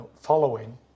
Following